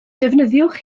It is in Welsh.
defnyddiwch